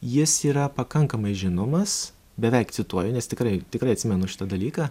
jis yra pakankamai žinomas beveik cituoju nes tikrai tikrai atsimenu šitą dalyką